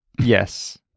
Yes